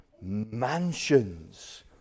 mansions